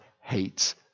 hates